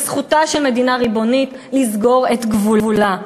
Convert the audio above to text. זכותה של מדינה ריבונית לסגור את גבולה.